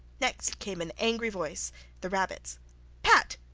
next came an angry voice the rabbit's pat!